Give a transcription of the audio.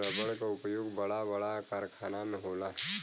रबड़ क उपयोग बड़ा बड़ा कारखाना में होला